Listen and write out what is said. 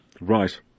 Right